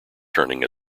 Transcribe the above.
turning